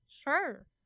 Sure